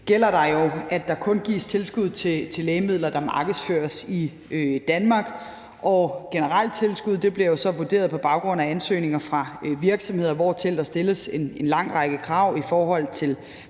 gælder det jo, at der kun gives tilskud til lægemidler, der markedsføres i Danmark, og tilskud bliver generelt så vurderet på baggrund af ansøgninger fra virksomheder, hvortil der stilles en lang række krav i forhold til